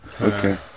Okay